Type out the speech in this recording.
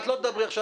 את לא תדברי עכשיו.